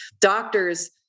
Doctors